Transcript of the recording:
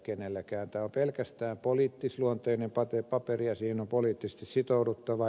tämä on pelkästään poliittisluonteinen paperi ja siihen on poliittisesti sitouduttava